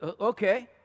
Okay